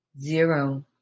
Zero